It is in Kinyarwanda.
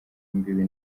imbibi